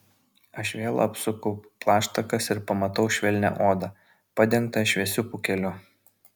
aš vėl apsuku plaštakas ir pamatau švelnią odą padengtą šviesiu pūkeliu